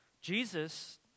Jesus